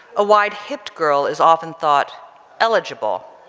a wide-hipped girl is often thought eligible,